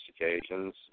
occasions